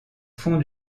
fond